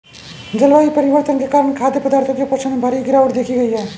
जलवायु परिवर्तन के कारण खाद्य पदार्थों के पोषण में भारी गिरवाट देखी गयी है